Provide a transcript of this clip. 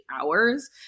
hours